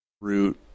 root